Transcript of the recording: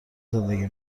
زندگی